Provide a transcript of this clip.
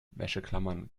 wäscheklammern